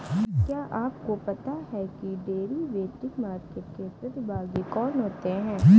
क्या आपको पता है कि डेरिवेटिव मार्केट के प्रतिभागी कौन होते हैं?